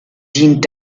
dient